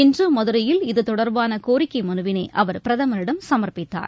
இன்று மதுரையில் இதுதொடர்பான கோரிக்கை மனுவினை அவர் பிரதமரிடம் சமர்ப்பித்தார்